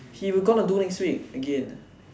he going to do next week again